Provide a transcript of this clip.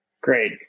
Great